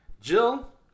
Jill